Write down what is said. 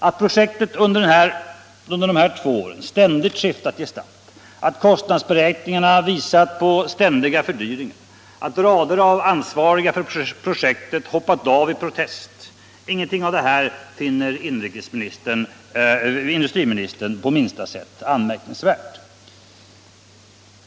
Att projektet under de här två åren ständigt skiftat gestalt, att kostnadsberäkningarna visat på ständiga fördyringar, att rader av ansvariga för projektet hoppat av i protest — ingenting av detta finner industriministern på minsta sätt anmärkningsvärt.